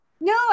no